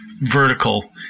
vertical